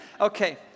Okay